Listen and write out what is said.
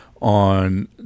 on